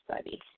study